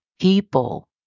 people